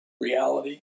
reality